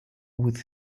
with